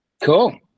Cool